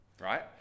Right